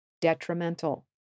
detrimental